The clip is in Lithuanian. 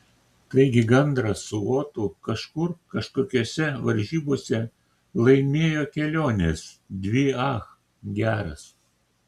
taigi gandras su otu kažkur kažkokiose varžybose laimėjo keliones dvi ach geras